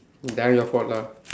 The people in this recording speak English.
that one your fault lah